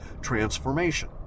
transformation